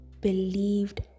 believed